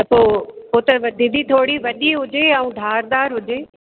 त पोइ पोइ त व दीदी थोरी वॾी हुजे ऐं धारदार हुजे